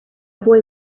boy